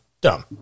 dumb